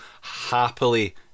happily